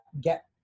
get